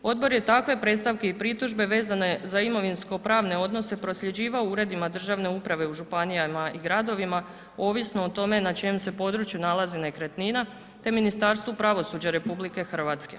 Odbor je takve predstavke i pritužbe vezane za imovinskopravne odnose prosljeđivao uredima državne uprave u županijama i gradovima ovisno o tome na čijem se području nalazi nekretnina te Ministarstvu pravosuđa RH.